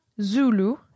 Zulu